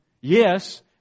Yes